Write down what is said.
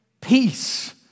peace